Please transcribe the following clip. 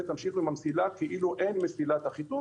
ותמשיכו עם המסילה כאילו אין מסילת אחיטוב